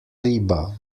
riba